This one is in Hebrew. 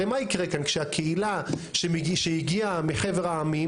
הרי מה יקרה כאן כשהקהילה שהגיעה מחבר העמים?